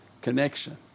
connection